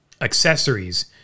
accessories